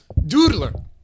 doodler